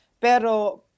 Pero